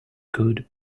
could